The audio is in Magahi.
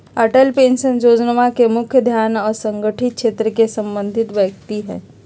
अटल पेंशन जोजना के मुख्य ध्यान असंगठित क्षेत्र से संबंधित व्यक्ति हइ